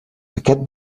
aquest